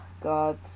god